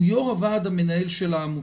הוא יושב-ראש הוועדה המנהל של העמותה.